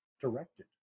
directed